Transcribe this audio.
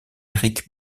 éric